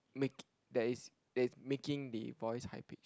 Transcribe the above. make that is that is making the voice high pitch